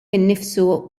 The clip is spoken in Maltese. innifsu